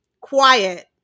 quiet